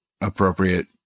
appropriate